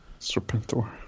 Serpentor